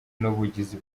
n’ubugizi